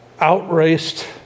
outraced